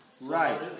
Right